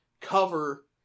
cover